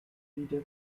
wieder